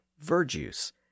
verjuice